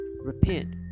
repent